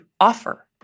offer